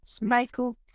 Michael